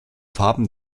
farben